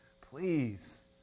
please